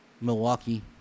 Milwaukee